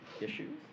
issues